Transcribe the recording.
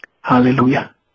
Hallelujah